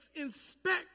inspect